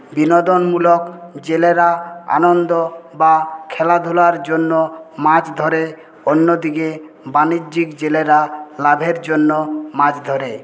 বিনোদনমূলক জেলেরা আনন্দ বা খেলাধুলার জন্য মাছ ধরে অন্যদিকে বাণিজ্যিক জেলেরা লাভের জন্য মাছ ধরে